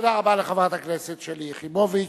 תודה רבה לחברת הכנסת שלי יחימוביץ.